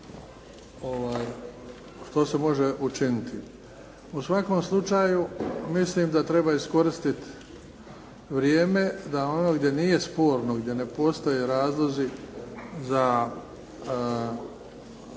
U svakom slučaju mislim da treba iskoristiti vrijeme da ono gdje nije sporno, gdje ne postoje razlozi da